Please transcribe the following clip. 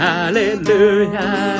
Hallelujah